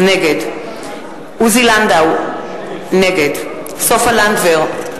נגד עוזי לנדאו, נגד סופה לנדבר,